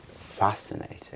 fascinating